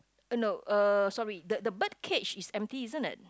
uh no uh sorry the the bird cage is empty isn't it